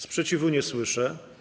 Sprzeciwu nie słyszę.